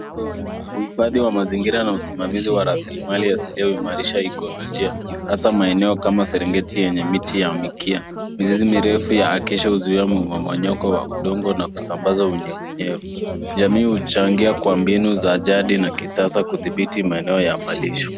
Uhifadhi wa mazingira na usimamizi wa rasilimali yenye asilia huimarisha eknolojia hasa maeneo kama Serengeti yenye miti ya mikia. Mizizi mirefu ya acacia huzuia mmomonyoko wa udongo na kusambaza unyevunyevu. Jamii huchangia kwa mbinu za jadi na kisasa kudhibiti maeneo ya malisho.